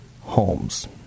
homes